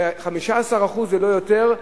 ב-15% אם לא יותר,